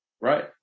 Right